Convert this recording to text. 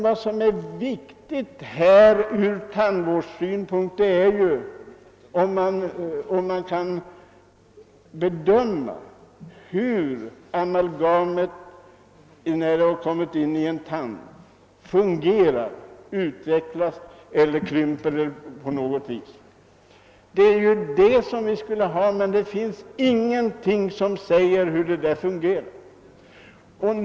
Vad som är viktigt ur tandvårdssynpunkt är ju om man kan bedöma hur amalgamet fungerar när det har kommit in i en tand, om det utvidgar sig eller krymper på något vis. Det är det vi skulle veta, men det finns ingenting som visar hur det förhåller sig.